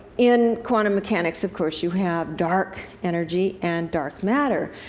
in quantum mechanics, of course, you have dark energy and dark matter.